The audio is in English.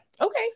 Okay